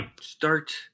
start